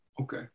Okay